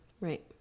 Right